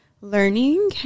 learning